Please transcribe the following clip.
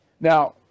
Now